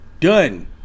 Done